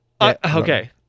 Okay